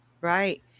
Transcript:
right